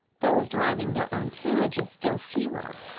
those driving their own carriages still fewer,